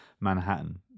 manhattan